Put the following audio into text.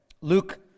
Luke